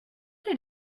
did